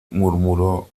murmuró